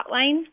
hotline